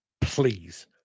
please